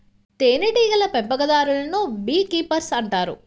తేనెటీగల పెంపకందారులను beekeepers అంటారు